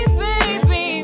baby